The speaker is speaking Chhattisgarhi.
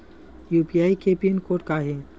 यू.पी.आई के पिन कोड का हे?